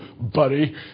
buddy